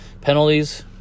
Penalties